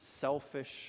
selfish